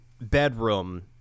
bedroom